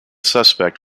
suspect